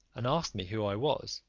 and asked me who i was,